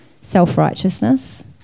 self-righteousness